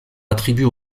attribuée